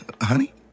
Honey